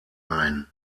ein